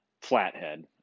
Flathead